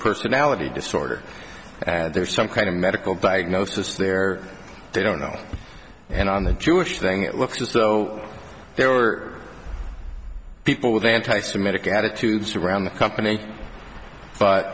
personality disorder there's some kind of medical diagnosis there they don't know and on the jewish thing it looks just so there are people with anti semitic attitudes around the company but